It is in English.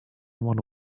one